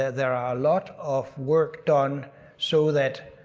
ah there are a lot of work done so that.